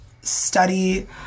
study